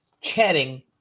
chatting